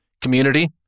community